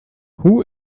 who